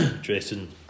dressing